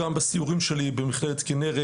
גם בסיורים שלי במכללת כינרת,